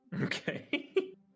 Okay